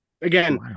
Again